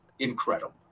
Incredible